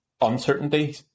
uncertainty